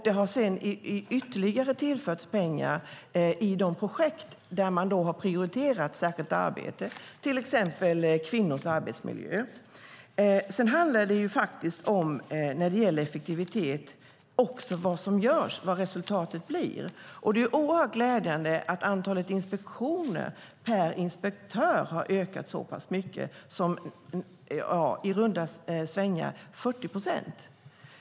Det har sedan tillförts ytterligare pengar i de projekt där man har prioriterat särskilt arbete, till exempel kvinnors arbetsmiljö. När det gäller effektivitet handlar det också om vad som görs och vad resultatet blir. Det är oerhört glädjande att antalet inspektioner per inspektör har ökat så pass mycket - i runda slängar med 40 procent.